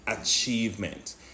achievement